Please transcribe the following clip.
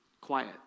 quiet